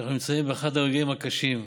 שאנחנו נמצאים באחד הרגעים הקשים,